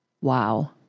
wow